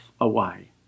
away